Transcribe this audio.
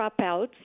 dropouts